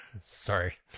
sorry